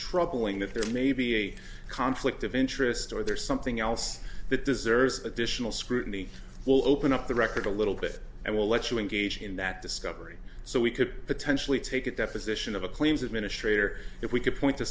troubling that there may be a conflict of interest or there's something else that deserves additional scrutiny we'll open up the record a little bit and we'll let you engage in that discovery so we could potentially take it that position of a claims administrator if we could point to